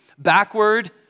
backward